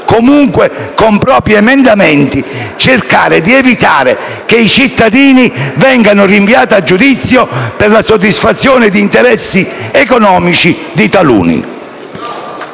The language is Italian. comunque, con propri emendamenti, cercare di evitare che i cittadini vengano rinviati a giudizio per la soddisfazione di interessi economici di taluni.